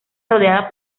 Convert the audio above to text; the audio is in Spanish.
rodeada